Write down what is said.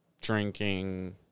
drinking